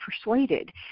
persuaded